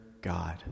God